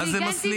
מה זה מסליל?